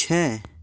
छः